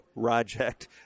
project